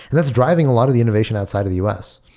that's driving a lot of the innovation outside of u s.